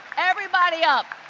everybody up.